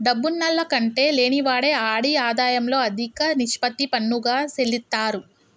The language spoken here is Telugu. డబ్బున్నాల్ల కంటే లేనివాడే ఆడి ఆదాయంలో అదిక నిష్పత్తి పన్నుగా సెల్లిత్తారు